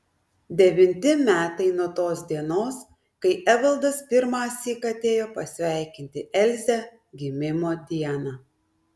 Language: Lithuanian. devinti metai nuo tos dienos kai evaldas pirmąsyk atėjo pasveikinti elzę gimimo dieną